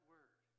Word